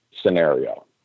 scenario